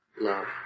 love